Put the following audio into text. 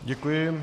Děkuji.